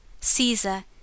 Caesar